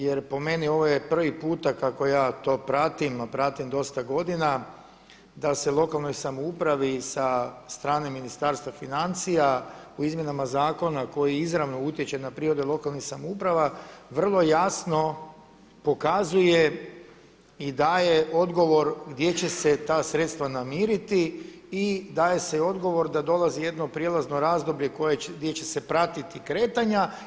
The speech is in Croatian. Jer po meni ovo je prvi puta kako ja to pratim, a pratim dosta godina, da se lokalnoj samoupravi sa strane Ministarstva financija u izmjenama zakona koji izravno utječe na prihode lokalnih samouprava vrlo jasno pokazuje i daje odgovor gdje će se ta sredstva namiriti i daje se odgovor da dolazi jedno prijelazno razdoblje gdje će se pratiti kretanja.